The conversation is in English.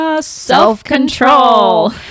self-control